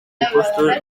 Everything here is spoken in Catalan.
impostos